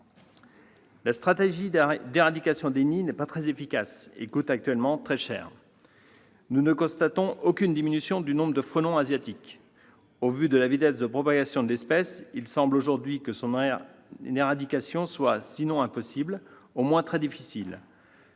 La stratégie d'éradication des nids n'est pas très efficace et coûte actuellement très cher. Nous ne constatons aucune diminution du nombre de frelons asiatiques. Au vu de la vitesse de propagation de l'espèce, il semble aujourd'hui que son éradication soit, sinon impossible, du moins très difficile.